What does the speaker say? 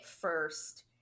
first